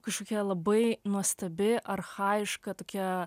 kažkokia labai nuostabi archajiška tokia